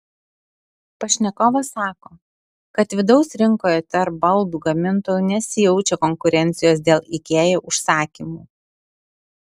pašnekovas sako kad vidaus rinkoje tarp baldų gamintojų nesijaučia konkurencijos dėl ikea užsakymų